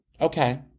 Okay